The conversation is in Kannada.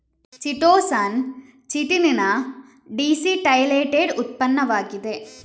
ಚಿಟೋಸಾನ್ ಚಿಟಿನ್ ನ ಡೀಸಿಟೈಲೇಟೆಡ್ ಉತ್ಪನ್ನವಾಗಿದೆ